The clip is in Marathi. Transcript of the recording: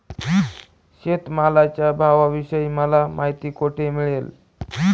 शेतमालाच्या भावाविषयी मला माहिती कोठे मिळेल?